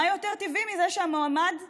מה יותר טבעי מזה שהמועמד החדש,